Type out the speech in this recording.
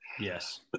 Yes